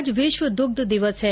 आज विश्व दुग्ध दिवस है